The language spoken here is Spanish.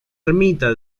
ermita